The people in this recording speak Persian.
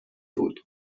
بود